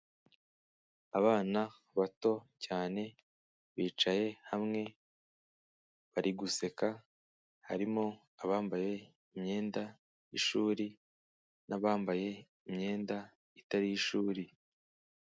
Abana bato cyane, bicaye hamwe bari guseka, harimo abambaye imyenda y'ishuri n'abambaye imyenda itari iy'ishuri.